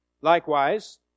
Likewise